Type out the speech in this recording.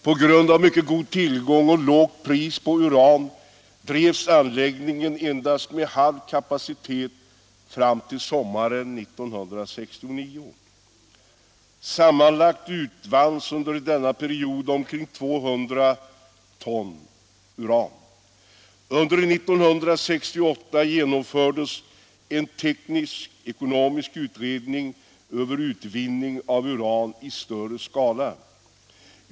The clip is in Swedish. På grund av mycket god tillgång och lågt pris på uran drevs anläggningen endast med halv kapacitet fram till sommaren 1969. Sammanlagt utvanns under denna period omkring 200 ton uran. Under 1968 genomfördes en teknisk-ekonomisk utredning om utvinning av uran i större skala.